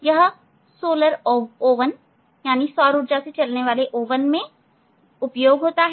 यह सोलर सौर ओवन में भी उपयोग होता है